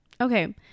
Okay